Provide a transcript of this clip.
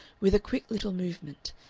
with a quick little movement,